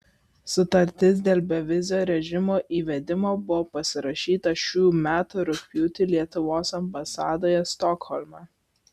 sutartis dėl bevizio režimo įvedimo buvo pasirašyta šių metų rugpjūtį lietuvos ambasadoje stokholme